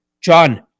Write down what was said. John